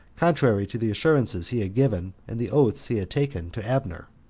contrary to the assurances he had given and the oaths he had taken to abner.